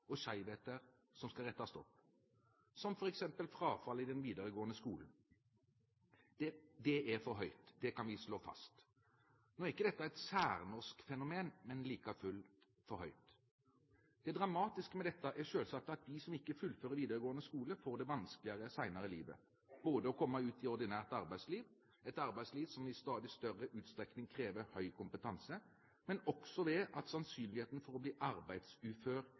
og skjevheter som skal rettes opp, som f.eks. frafallet i den videregående skolen. Det er for høyt – det kan vi slå fast. Nå er ikke dette et særnorsk fenomen, men like fullt er det for høyt. Det dramatiske med dette er selvsagt at de som ikke fullfører videregående skole, får det vanskeligere senere i livet, både med å komme ut i ordinært arbeidsliv, et arbeidsliv som i stadig større utstrekning krever høy kompetanse, og også ved at sannsynligheten for å bli arbeidsufør